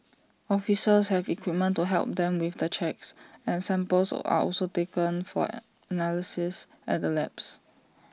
officers have equipment to help them with the checks and samples are also taken for analysis at the labs